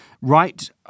right